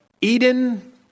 Eden